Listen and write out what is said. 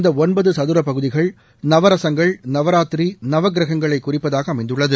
இந்த ஒன்பது சதர பகுதிகள் நவரசங்கள் நவராத்திரி நவகிரகங்களை குறிப்பதாக அமைந்துள்ளது